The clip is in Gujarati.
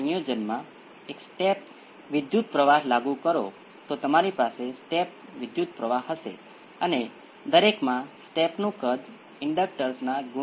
હવે ચાલો બીજા કેસની કલ્પના કરીએ જ્યાં p 1 અને p 2 રીઅલ છે અને સમાન છે આ ચતુર્થાંશ સમીકરણમાં થાય છે જ્યારે 2નો વર્ગ 4 × a 1 છે